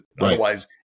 Otherwise